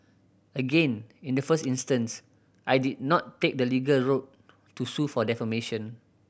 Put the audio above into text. again in the first instance I did not take the legal route to sue for defamation